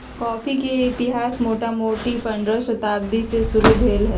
coffee के इतिहास मोटामोटी पंडह शताब्दी से शुरू भेल हइ